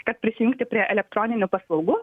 kad prisijungti prie elektroninių paslaugų